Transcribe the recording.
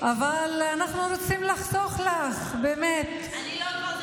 אבל אנחנו רוצים לחסוך לך, באמת, אני לא שם.